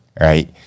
right